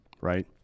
right